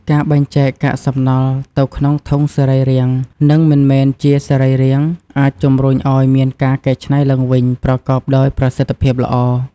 ការបែងចែកកាកសំណល់ទៅក្នុងធុងសរីរាង្គ និងមិនមែនជាសរីរាង្គ អាចជំរុញឲ្យមានការកែច្នៃឡើងវិញប្រកបដោយប្រសិទ្ធភាពល្អ។